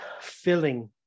filling